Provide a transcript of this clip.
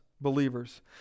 Believers